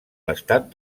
l’estat